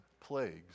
plagues